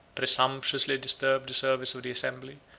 presumptuously disturbed the service of the assembly,